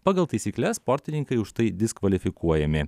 pagal taisykles sportininkai už tai diskvalifikuojami